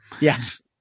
Yes